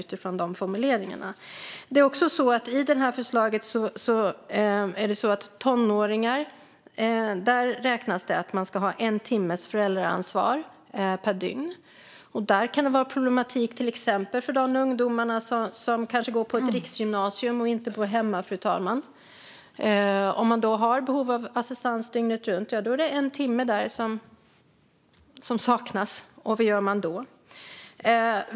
Enligt förslaget ska föräldraansvaret för tonåringar vara en timme per dygn. Det kan bli problematiskt för exempelvis de ungdomar som går på ett riksgymnasium och inte bor hemma. Har man behov av assistans dygnet runt är det en timme som saknas, och vad gör man då?